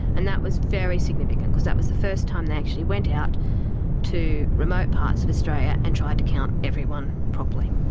and that was very significant because that was the first time they actually went out to remote parts of australia and tried to count everyone properly.